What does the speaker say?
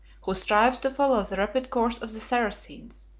who strives to follow the rapid course of the saracens,